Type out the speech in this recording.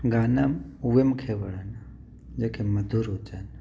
गाना उहे मूंखे वणन जेके मधुर हुजनि